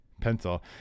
pencil